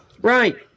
Right